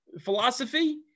philosophy